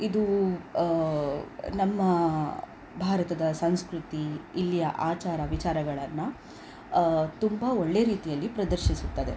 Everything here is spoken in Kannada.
ಇದು ನಮ್ಮ ಭಾರತದ ಸಂಸ್ಕೃತಿ ಇಲ್ಲಿಯ ಆಚಾರ ವಿಚಾರಗಳನ್ನು ತುಂಬ ಒಳ್ಳೆಯ ರೀತಿಯಲ್ಲಿ ಪ್ರದರ್ಶಿಸುತ್ತದೆ